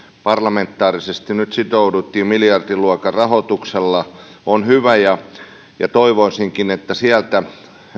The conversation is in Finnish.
parlamentaarisesti nyt sitouduttiin miljardiluokan rahoituksella on hyvä toivoisinkin että sieltä